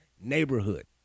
neighborhood